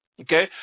Okay